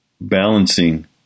Balancing